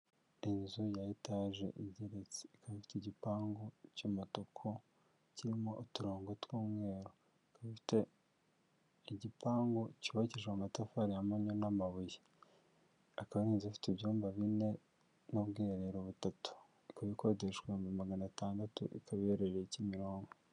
Inzu ya etaje igeretse, ikaba ifite igipangu cy'umutuku kirimo uturongo tw'umweru, ikaba ifite igipangu cyubakishijwe amatafari ya mponyo n'amabuye, akaba ari inzu ifite ibyumba bine n'ubwiherero butatu, ikaba ikodeshwa ibihumbi magana atandatu, ikaba iherereye Kimironko.